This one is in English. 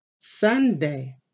Sunday